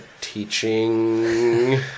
teaching